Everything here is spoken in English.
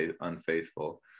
unfaithful